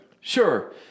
Sure